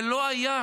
זה לא היה.